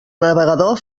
navegador